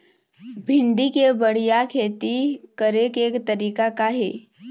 भिंडी के बढ़िया खेती करे के तरीका का हे?